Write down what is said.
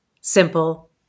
simple